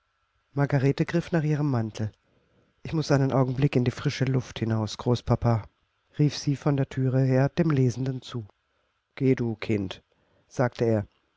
margarete griff nach ihrem mantel ich muß einen augenblick in die frische luft hinaus großpapa rief sie von der thüre her dem lesenden zu geh du kind sagte er